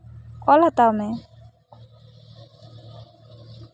ᱚᱞ ᱦᱟᱛᱟᱣ ᱢᱮ